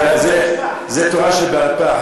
זאת תורה שבעל-פה,